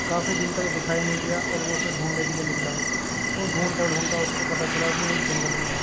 کافی دن تک دکھائی نہیں دیا اور وہ اسے ڈھونڈنے کے لیے نکلا وہ ڈھونڈتے ڈھونڈتے اس کو پتہ چلا کہ وہ ایک جنگل میں ہے